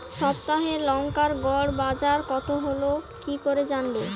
সপ্তাহে লংকার গড় বাজার কতো হলো কীকরে জানবো?